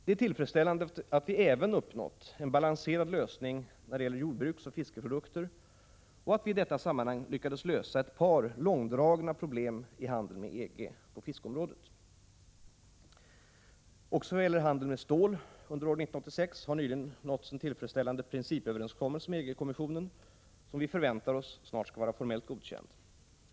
Det är tillfredsställande att vi även uppnått en balanserad lösning när det gäller jordbruksoch fiskeprodukter och att vi i detta sammanhang lyckades lösa ett par långdragna problem i handeln med EG på fiskeområdet. Också vad gäller handeln med stål under år 1986 har nyligen nåtts en tillfredsställande principöverenskommelse med EG-kommissionen som vi förväntar oss snart skall vara formellt godkänd.